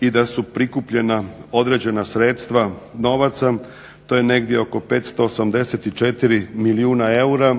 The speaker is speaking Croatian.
i da su prikupljena određena sredstva novaca, to je negdje oko 584 milijuna eura,